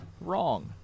wrong